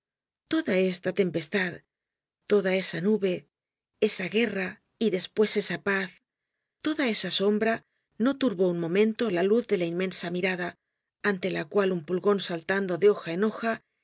toda esta tempestad toda esa nube esa guerra y despues esa paz toda esa sombra no turbó un momento la luz de la inmensa mirada ante la cual un pulgon saltando de hoja en